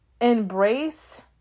embrace